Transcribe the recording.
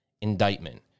indictment